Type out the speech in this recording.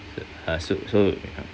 uh so so to